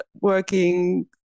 working